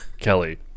Kelly